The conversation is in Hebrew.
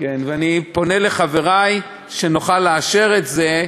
אני פונה לחברי שנוכל לאשר את זה,